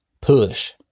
push